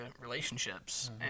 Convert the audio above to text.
relationships